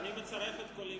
ואני מצרף את קולי בעד.